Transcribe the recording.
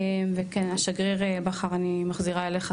השגריר בכר, אני מחזירה אליך.